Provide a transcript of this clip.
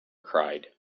cried